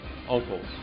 uncles